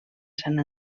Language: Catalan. sant